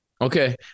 Okay